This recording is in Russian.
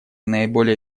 наиболее